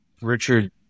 richard